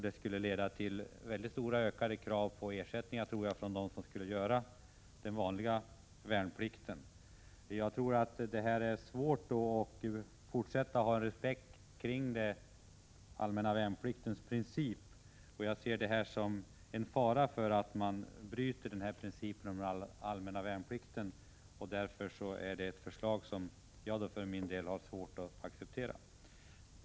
Det torde leda till krav på ökad ersättning från dem som skulle göra den vanliga värnplikten. Jag tror att det skulle bli svårt att fortsättningsvis behålla respekten för den allmänna värnpliktens princip om vi godtar detta förslag. Därför har jag för min del svårt att acceptera det.